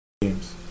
games